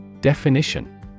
Definition